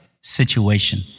situation